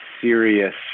serious